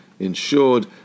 insured